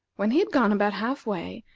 when he had gone about half-way,